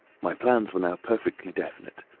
my plans were now perfectly definite.